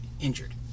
injured